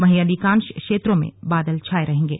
वहीं अधिकांश क्षेत्रों में बादल छाए रहेंगे